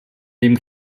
dem